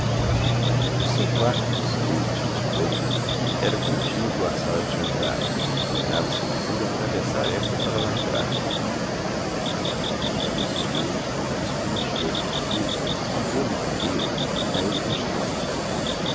o seu quarto seu e de sua esposa era contíguo à sala de jantar tornava-se preciso atravessar esta para lá entrar ele atravessou mas como estivesse no escuro esbarrou numa cadeira que caiu com estrondo